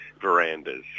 verandas